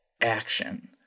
Action